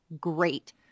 great